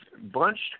bunched